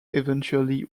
eventually